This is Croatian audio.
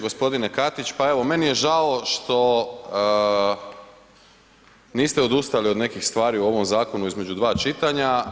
G. Katić, pa evo, meni je žao što niste odustali od nekih stvari u ovom zakonu između dva čitanja.